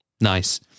Nice